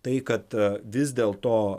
tai kad vis dėl to